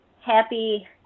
happy